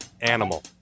Animal